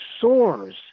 soars